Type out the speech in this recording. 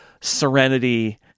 Serenity